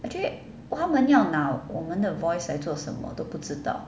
actually 他们要拿我们的 voice 来做什么都不知道